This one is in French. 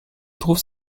trouve